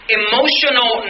emotional